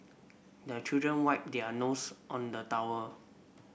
the children wipe their nose on the towel